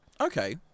okay